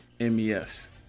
MES